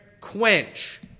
quench